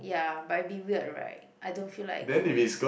ya but it will be weird right I don't feel like going